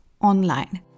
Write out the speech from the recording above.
online